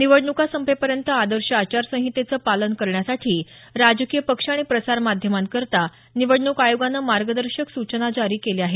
निवडणुका संपेपर्यंत आदर्श आचारसंहितेचं पालन करण्यासाठी राजकीय पक्षं आणि प्रसारमाध्यमांकरता निवडणूक आयोगानं मार्गदर्शक सूचना जारी केल्या आहेत